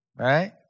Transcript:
Right